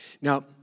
Now